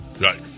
right